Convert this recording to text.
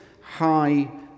high